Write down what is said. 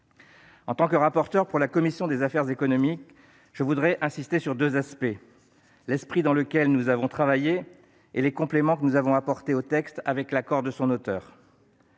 En tant que rapporteur pour la commission des affaires économiques, je voudrais insister sur deux aspects : l'esprit dans lequel nous avons travaillé et les compléments que nous avons apportés au texte, avec l'accord de son auteur.